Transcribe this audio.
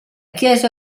chiesa